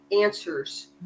answers